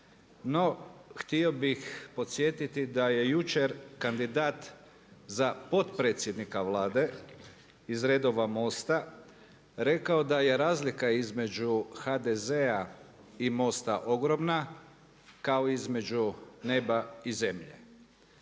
No, htio bih podsjetiti da je jučer kandidat za potpredsjednika Vlade iz redova MOST-a rekao da je razlika između HDZ-a i MOST-a ogromna kao između neba i zemlje.